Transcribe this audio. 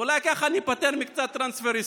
ואולי ככה ניפטר מקצת טרנספריסטים.